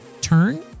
turn